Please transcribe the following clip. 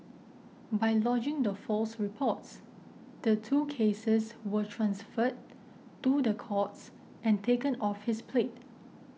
by lodging the false reports the two cases were transferred to the courts and taken off his plate